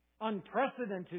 unprecedented